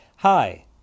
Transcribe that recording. Hi